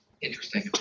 interesting